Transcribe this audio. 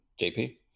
JP